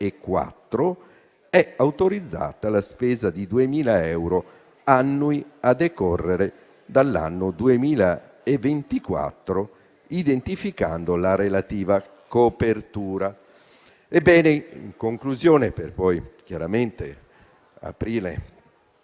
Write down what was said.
è autorizzata la spesa di 2.000 euro annui a decorrere dall'anno 2024, identificando la relativa copertura. Ebbene, in conclusione, è evidente che